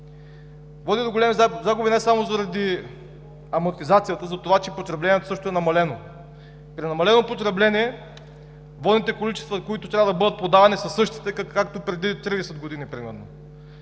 Води до големи загуби не само заради амортизацията, а заради това, че потреблението също е намалено. При намалено потребление водните количества, които трябва да бъдат подавани, както преди 30 години примерно.